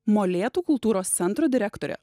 molėtų kultūros centro direktorė